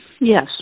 Yes